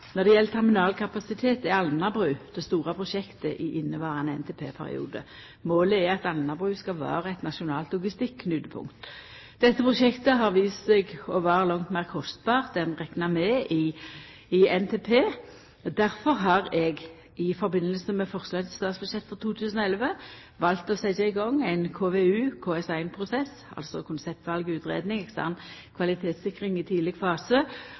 Når det gjeld terminalkapasitet, er Alnabru det store prosjektet i inneverande NTP-periode. Målet er at Alnabru skal vera eit nasjonalt logistikknutepunkt. Dette prosjektet har vist seg å vera langt meir kostbart enn rekna med i NTP. Difor har eg i samband med forslaget til statsbudsjett for 2011 valt å setja i gang ein KVU/KS1-prosess – konseptvalutgreiing, ekstern kvalitetssikring i tidleg fase